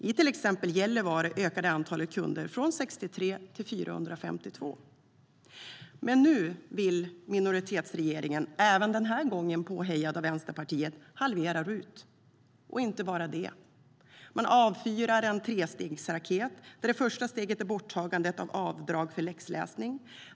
I till exempel Gällivare ökade antalet kunder från 63 till 452.Nu vill alltså minoritetsregeringen, även denna gång påhejad av Vänsterpartiet, halvera RUT, och inte bara det. Man avfyrar en trestegsraket, där första steget är borttagande av avdrag för läxläsning.